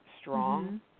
Strong